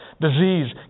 Disease